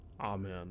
Amen